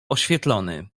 oświetlony